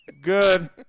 Good